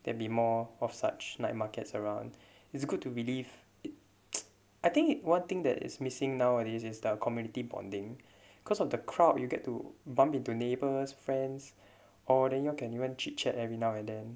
there will be more of such night markets around it's good to believe I think one thing that is missing nowadays is the community bonding cause of the crowd you get to bump into neighbours friends or then you all can even chit-chat every now and then